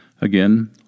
Again